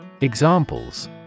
Examples